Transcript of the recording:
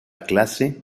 clase